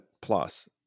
plus